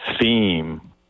theme